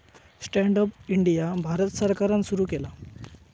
stand up India Bharat सरकारान सुरू केला